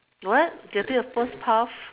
what getting the first puff